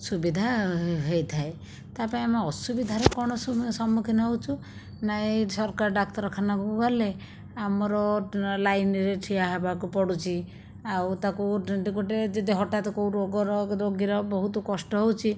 ସୁବିଧା ହୋଇଥାଏ ତା ପାଇଁ ଆମେ ଅସୁବିଧାରେ କଣ ସମ୍ମୁଖୀନ ହେଉଛୁ ନା ଏଇ ସରକାର ଡାକ୍ତରଖାନାକୁ ଗଲେ ଆମର ଲାଇନରେ ଠିଆ ହେବାକୁ ପଡ଼ୁଛି ଆଉ ତାକୁ ଯଦି ଗୋଟେ ଯଦି ହଠାତ କେଉଁ ରୋଗର ରୋଗୀର ବହୁତୁ କଷ୍ଟ ହେଉଛି